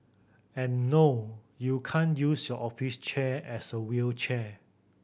and no you can't use your office chair as a wheelchair